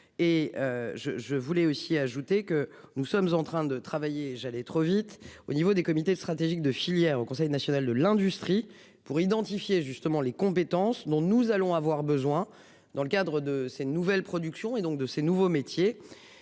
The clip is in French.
je je voulais aussi ajouter que nous sommes en train de travailler j'allais trop vite au niveau des comités stratégiques de filière au Conseil national de l'industrie pour identifier justement les compétences dont nous allons avoir besoin dans le cadre de ses nouvelles productions et donc de ces nouveaux métiers,